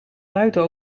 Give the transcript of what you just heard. buiten